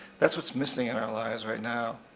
that's what's missing in our lives right now.